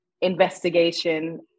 investigation